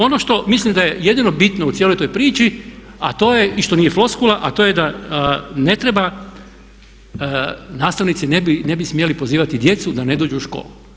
Ono što mislim da je jedino bitno u cijeloj toj priči a to je i što nije floskula a to je da ne treba, nastavnici ne bi smjeli pozivati djecu da ne dođu u školu.